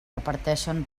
reparteixen